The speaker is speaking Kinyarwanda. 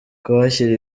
kuhashyira